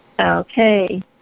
Okay